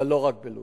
אבל לא רק בלוד.